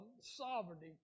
sovereignty